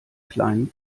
kleinen